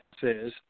says